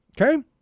Okay